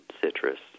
citrus